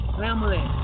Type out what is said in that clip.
family